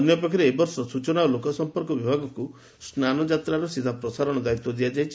ଅନ୍ୟପକ୍ଷରେ ଏବର୍ଷ ସ୍ଚନା ଓ ଲୋକସମ୍ର୍କ ବିଭାଗକୁ ସ୍ାନ ଯାତ୍ରାର ସିଧାପ୍ରସାରଣ ଦାୟିତ୍ୱ ଦିଆଯାଇଛି